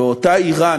ואותה איראן,